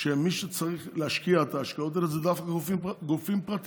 שמי שצריך להשקיע את ההשקעות האלה זה דווקא גופים פרטיים: